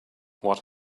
what